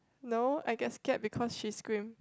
no I get scared because she scream